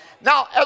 Now